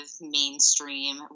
mainstream